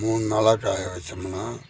மூணு நாளாக காய வச்சோமுன்னா